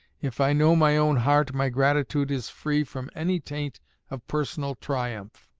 if i know my own heart my gratitude is free from any taint of personal triumph.